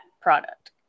product